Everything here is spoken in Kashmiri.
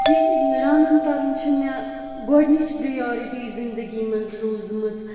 چہِ رَنُن کَرُن چھِ مےٚ گۄڈٕنِچ پِرٛیارِٹی زِندگی منٛز روٗزمٕژ